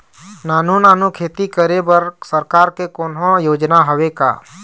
नानू नानू खेती करे बर सरकार के कोन्हो योजना हावे का?